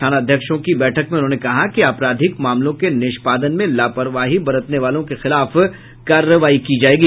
थानाध्यक्षों की बैठक में उन्होंने कहा कि आपराधिक मामलों के निष्पादन में लापरवाही बरतने वालों के खिलाफ कार्रवाई की जायेगी